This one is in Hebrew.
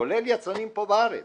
כולל יצרנים פה בארץ